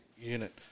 unit